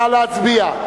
נא להצביע.